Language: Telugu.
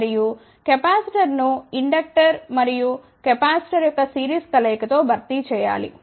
మరియు కెపాసిటర్ను ఇండక్టర్ మరియు కెపాసిటర్ యొక్క సిరీస్ కలయిక తో భర్తీ చేయాలి